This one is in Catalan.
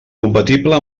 compatible